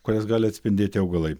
kurias gali atspindėti augalai